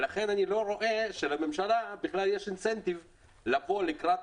ולכן אני לא רואה שלממשלה יש בכלל תמריץ עידוד לבוא לקראת